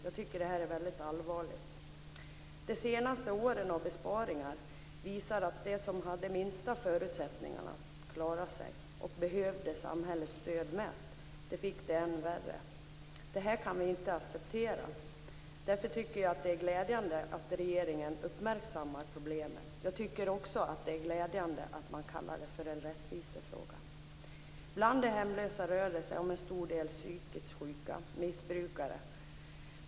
Jag tycker att det här är väldigt allvarligt. Under de senaste årens besparingar visade det sig att de som hade de sämsta förutsättningarna att klara sig, och som behövde samhällets stöd mest, fick det än värre. Det kan vi inte acceptera. Därför tycker jag att det är glädjande att regeringen uppmärksammar problemen. Jag tycker också att det är glädjande att man kallar det för en rättvisefråga. Bland de hemlösa finns en stor del psykiskt sjuka och missbrukare.